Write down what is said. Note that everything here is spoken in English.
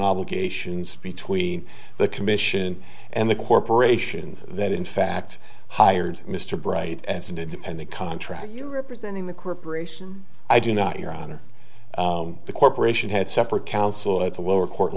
obligations between the commission and the corporation that in fact hired mr bright as an independent contractor representing the corporation i do not your honor the corporation has separate counsel at the lower court